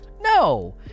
no